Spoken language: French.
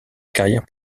carrière